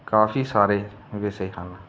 ਕਾਫ਼ੀ ਸਾਰੇ ਵਿਸ਼ੇ ਹਨ